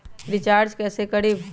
Recharge कैसे करीब?